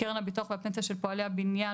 קרן הביטוח והפנסיה של פועלי הבניין